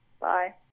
Bye